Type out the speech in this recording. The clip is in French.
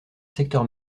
secteur